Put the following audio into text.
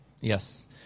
Yes